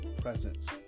presence